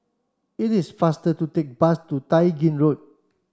it is faster to take bus to Tai Gin Road